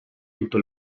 tutto